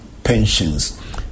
Pensions